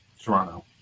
Toronto